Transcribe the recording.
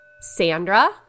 Sandra